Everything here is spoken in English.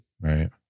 Right